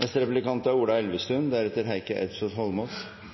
I ulvemeldingen i fjor opplyste statsråden – som det også er